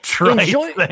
enjoy